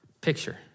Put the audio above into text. picture